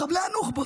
מחבלי הנוחבות,